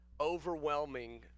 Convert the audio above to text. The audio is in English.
overwhelming